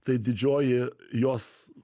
tai didžioji jos